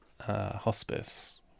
hospice